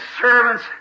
servants